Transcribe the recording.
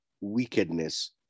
wickedness